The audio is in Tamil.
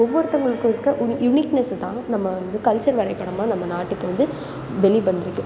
ஒவ்வொருத்தங்களுக்கும் இருக்க ஒரு யுனிக்னெஸை தான் நம்ம வந்து கல்ச்சர் வரைபடமாக நம்ம நாட்டுக்கு வந்து வெளி வந்திருக்குது